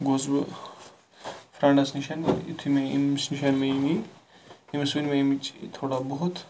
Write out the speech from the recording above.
گووُس بہٕ فرنڈَس نِش یُتھُے مےٚ امِس نِش مےٚ یہِ نِی امس ؤنۍ مےٚ امِچ تھوڑا بہت